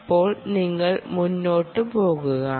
ഇപ്പോൾ നിങ്ങൾ മുന്നോട്ട് പോകുക